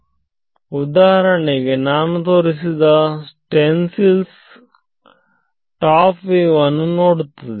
ಈಗ ಉದಾಹರಣೆಗೆ ನಾನು ತೋರಿಸಿದ ಸ್ತೆನ್ಸಿಲ್ಸ್ ಟಾಪ್ ವೀವ್ ಅನ್ನು ನೋಡುತ್ತದೆ